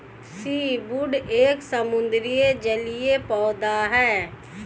seaweed एक समुद्री जलीय पौधा है